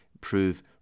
prove